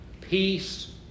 Peace